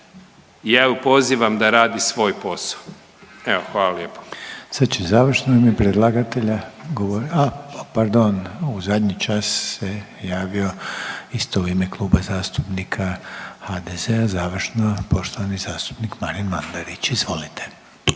ja ju pozivam da radi svoj posao. Evo, hvala lijepo.